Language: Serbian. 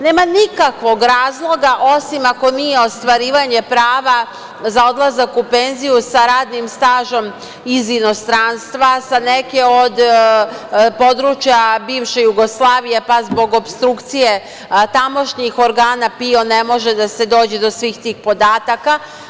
Nema nikakvog razloga, osim ako nije ostvarivanje prava za odlazak u penziju sa radnim stažom iz inostranstva, sa neke od područja bivše Jugoslavije, pa zbog opstrukcije tamošnjih organa PIO ne može da se dođe do svih tih podataka.